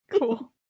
Cool